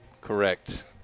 Correct